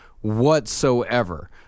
whatsoever